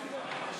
גברתי